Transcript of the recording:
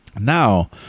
Now